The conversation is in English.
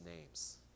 names